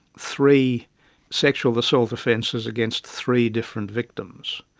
three sexual assault offences against three different victims,